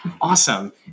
Awesome